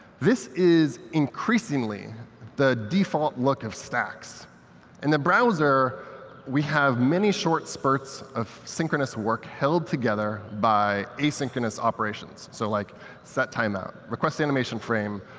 this is increasingly the default look of stacks, and in the browser we have many short spurts of synchronous work held together by asynchronous operations. so like set time-out, request animation frame,